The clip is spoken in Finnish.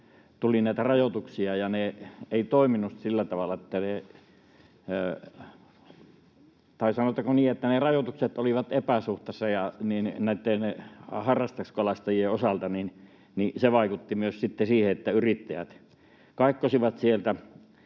tuli näitä rajoituksia ja ne eivät toimineet tai, sanotaanko niin, ne olivat epäsuhtaisia näitten harrastuskalastajien osalta, se vaikutti myös sitten siihen, että yrittäjät kaikkosivat sieltä.